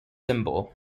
symbol